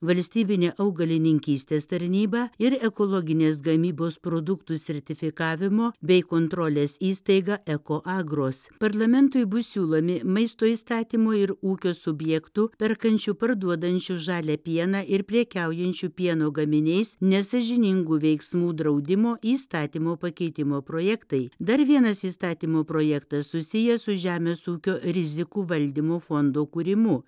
valstybinę augalininkystės tarnybą ir ekologinės gamybos produktų sertifikavimo bei kontrolės įstaigą ekoagros parlamentui bus siūlomi maisto įstatymo ir ūkio subjektų perkančių parduodančių žalią pieną ir prekiaujančių pieno gaminiais nesąžiningų veiksmų draudimo įstatymo pakeitimo projektai dar vienas įstatymo projektas susijęs su žemės ūkio rizikų valdymo fondo kūrimu